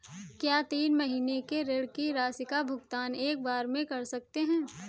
क्या तीन महीने के ऋण की राशि का भुगतान एक बार में कर सकते हैं?